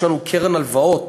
יש לנו קרן הלוואות